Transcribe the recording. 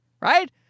right